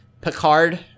Picard